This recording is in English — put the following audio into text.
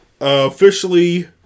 Officially